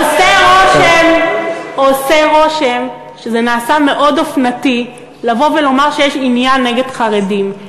עושה רושם שזה נעשה מאוד אופנתי לבוא ולומר שיש עניין נגד חרדים.